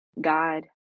God